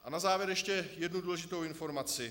A na závěr ještě jednu důležitou informaci.